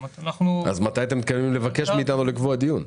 אז מתי אתם מתכוונים לבקש מאיתנו לקבוע דיון?